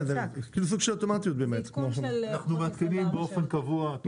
אנחנו מעדכנים באופן קבוע.